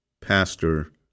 Pastor